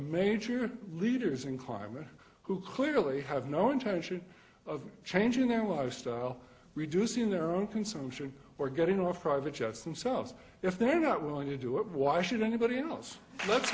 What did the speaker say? major leaders in climate who clearly have no intention of changing their lifestyle reducing their consumption or getting off private jets themselves if they're not willing to do it why should anybody